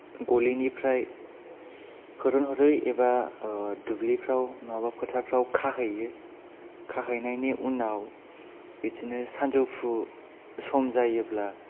गलिनिफ्राय होरों हरो एबा दुब्लिफोराव नङाबा फोथारफोराव खाहैयो खाहैनायनि उनाव बिदिनो सानजौफु सम जायोब्ला